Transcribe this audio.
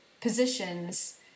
positions